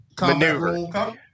maneuver